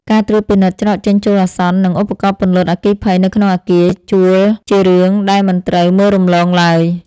ការត្រួតពិនិត្យច្រកចេញចូលអាសន្ន និងឧបករណ៍ពន្លត់អគ្គិភ័យនៅក្នុងអគារជួលជារឿងដែលមិនត្រូវមើលរំលងឡើយ។